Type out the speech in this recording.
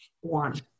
one